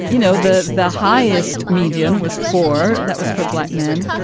you know, the the highest median was for that was for black men.